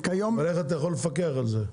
אבל איך אתה יכול לפקח על זה?